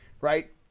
right